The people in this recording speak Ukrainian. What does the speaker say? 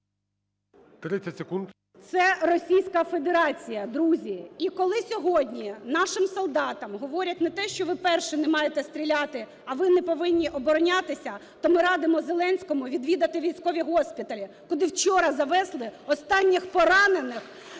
Це Російська Федерація, друзі. І коли сьогодні нашим солдатам говорять не те, що "ви перші не маєте стріляти", а "ви не повинні оборонятися", то ми радимоЗеленському відвідати військові госпіталі, куди вчора завезли останніх поранених